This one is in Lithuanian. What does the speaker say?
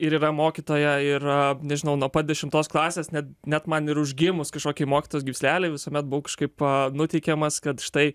ir yra mokytoja yra nežinau nuo pat dešimtos klasės net net man ir užgimus kažkokį mokytojos gyslelę visuomet buvo kažkaip nuteikiamas kad štai